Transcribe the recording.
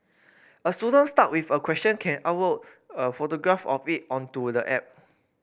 a student stuck with a question can upload a photograph of it onto the app